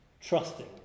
trusting